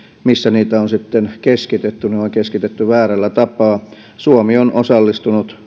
missä niitä on sitten keskitetty ne on keskitetty väärällä tapaa suomi on osallistunut